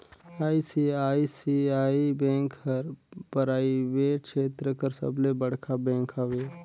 ICICI bank हर private छेत्र कर सबले बड़खा बेंक हवे